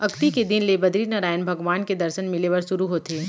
अक्ती के दिन ले बदरीनरायन भगवान के दरसन मिले बर सुरू होथे